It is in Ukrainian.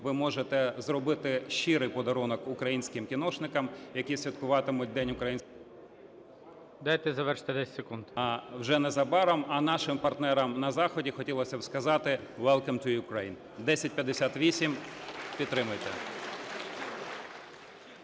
ви можете зробити щирий подарунок українським кіношникам які святкуватимуть… ГОЛОВУЮЧИЙ. Дайте завершити, 10 секунд… ТКАЧЕНКО О.В. … а вже незабаром, а нашим партнерам на заході хотілося б сказати: Welcome to Ukraine. 1058, підтримайте.